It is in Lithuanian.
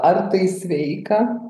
ar tai sveika